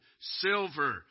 silver